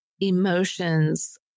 emotions